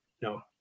no